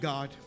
God